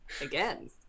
Again